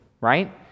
right